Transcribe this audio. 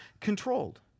controlled